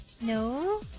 No